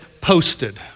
posted